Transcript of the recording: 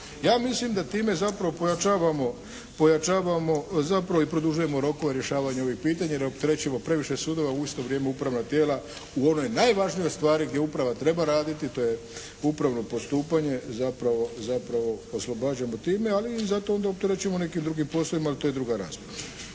Ja mislim da time zapravo pojačavamo zapravo i produžujemo rokove u rješavanju ovih pitanje jer je opterećeno previše sudova u isto vrijeme upravna tijela u onoj najvažnijoj stvari gdje uprava treba raditi a to je upravno postupanje zapravo oslobađamo time. Ali, zato ih onda opterećujemo nekim drugim poslovima, ali to je druga rasprava.